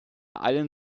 allen